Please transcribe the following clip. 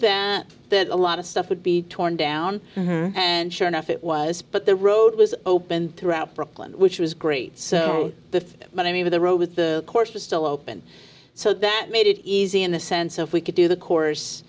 then that a lot of stuff would be torn down and sure enough it was but the road was open throughout brooklyn which was great so the but i mean the road with the course was still open so that made it easy in the sense if we could do the course